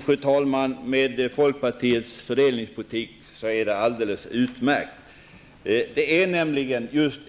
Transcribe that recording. Fru talman! Med folkpartiets fördelningspolitik är det alldeles utmärkt. Det är nämligen just